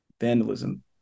vandalism